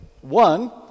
One